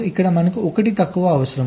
ఇక్కడ మనకు 1 తక్కువ అవసరం